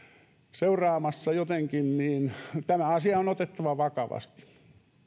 seuraamassa jotenkin niin niin tämä asia on otettava vakavasti